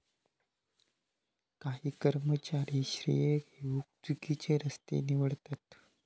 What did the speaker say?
काही कर्मचारी श्रेय घेउक चुकिचे रस्ते निवडतत